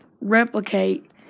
replicate